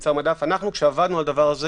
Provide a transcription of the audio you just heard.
כשעבדנו על זה,